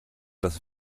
das